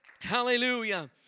Hallelujah